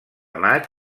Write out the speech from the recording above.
maig